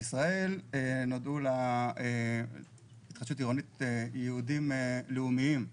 בישראל נועדו להתחדשות העירונית ייעודיים לאומיים.